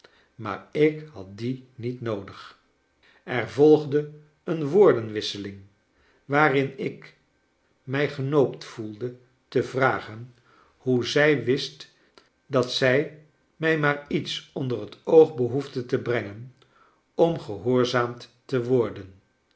maar ik had die niet noodig er volgde een woordenwisseling waarin ik mij genoopt voelde te vragen hoe zij wist dat zij mij maar iets onder het oog behoefde te brengen om gehoorzaamd te worden